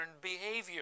behavior